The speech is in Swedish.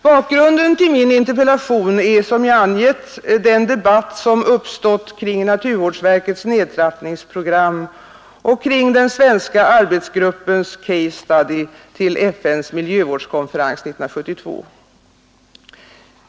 Bakgrunden till min interpellation är, som jag angett, den debatt som uppstått kring naturvårdsverkets nedtrappningsprogram och kring den svenska arbetsgruppens case study till FNs miljövårdskonferens 1972.